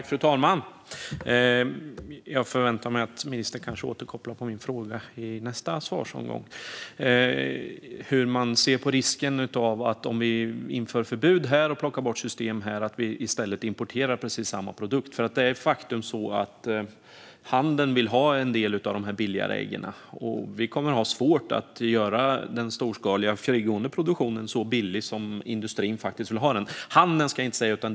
Fru talman! Jag förväntar mig att ministern återkopplar på min fråga i nästa inlägg. Hur ser man på risken för att precis samma produkt i stället importeras om vi inför förbud och plockar bort system? Det är ett faktum att industrin vill ha en del av de billigare äggen. Vi kommer att få svårt att göra den storskaliga frigående produktionen så billig som industrin vill ha den.